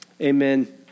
amen